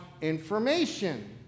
information